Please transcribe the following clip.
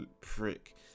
prick